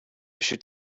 should